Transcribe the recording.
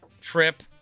trip